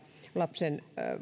lapsen